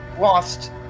lost